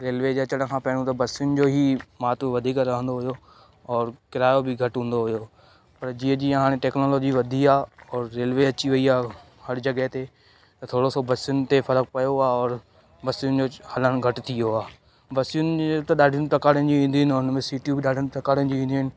railway जे अचनि खां पहिरियों त बसियुनि जो ई महत्व वधीक रहंदो हुयो और किरायो बि घटि हूंदो हुयो पर जीअं जीअं हाणे टेक्नोलॉजी वधी आहे और रेलवे अची वई आहे हर जॻह ते त थोरो सो बसियुनि ते फ़र्क पियो आहे और बसियुनि जो हलण घटि थी वियो आहे बसियुनि जे त ॾाढियुनि प्रकारनि जी ईंदियूं आहिनि ऐं उनमें सीटियूं बि ॾाढनि प्रकारनि जी ईंदियूं आहिनि